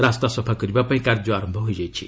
ରାସ୍ତା ସଫା କରିବା ପାଇଁ କାର୍ଯ୍ୟ ଆରମ୍ଭ ହୋଇଯାଇଛି